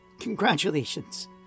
Congratulations